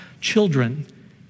children